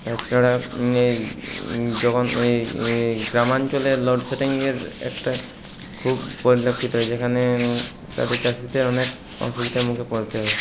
তাছাড়া যখন এই গ্রামাঞ্চলে লোডশেডিংয়ের একটা খুব পরিলক্ষিত হয় যেখানে তাদের চাষীদের অনেক অসুবিধার মুখে পড়তে হয়